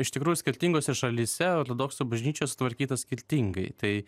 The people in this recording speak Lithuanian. iš tikrųjų skirtingose šalyse ortodoksų bažnyčios sutvarkytos skirtingai tai